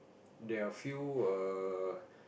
there are a few err